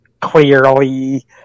clearly